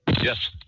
Yes